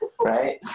right